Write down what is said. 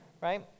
right